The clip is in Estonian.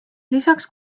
lisaks